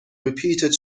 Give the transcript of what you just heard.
repeated